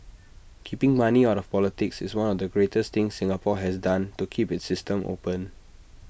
keeping money out of politics is one of the greatest things Singapore has done to keep its system open